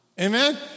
Amen